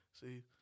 See